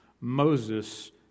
Moses